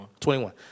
21